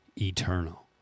Eternal